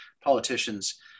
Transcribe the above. politicians